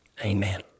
amen